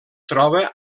troba